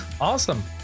Awesome